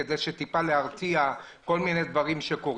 כדי להרתיע כל מיני דברים שקורים.